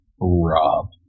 Rob